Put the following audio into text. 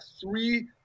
three